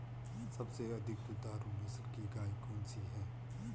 सबसे अधिक दुधारू नस्ल की गाय कौन सी है?